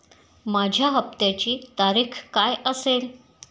माझ्या हप्त्याची तारीख काय असेल?